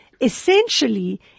essentially